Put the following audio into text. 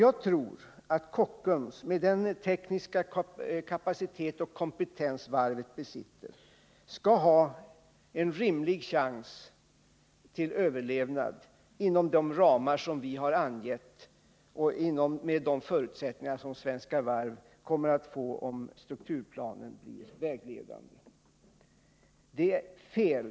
Jag tror att Kockums, med den tekniska kapacitet och kompetens varvet besitter, har en rimlig chans till överlevnad inom de ramar som vi har angett och med de förutsättningar som Svenska Varv kommer att få om strukturplanen blir vägledande.